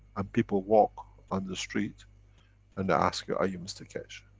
and people walk on the street and ask you, are you mr. keshe?